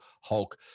hulk